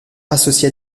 associé